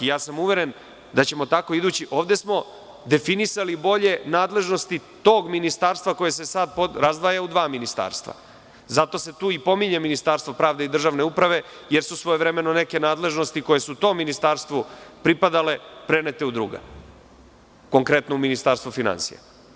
Ovde smo definisali bolje nadležnosti tog ministarstva koje se sada razdvaja u dva ministarstva, zato se tu i pominje Ministarstvo pravde i državne uprave, jer su svojevremeno neke nadležnosti koje su tom ministarstvu pripadale prenete u druga, konkretno u Ministarstvo finansija.